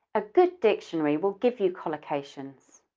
a good dictionary will give you collocations.